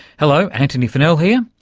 hello, antony funnell here,